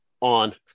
on